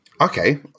Okay